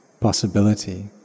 possibility